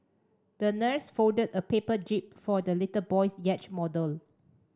the nurse folded a paper jib for the little boy's yacht model